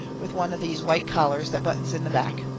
with one of these white collars that buttons in the back.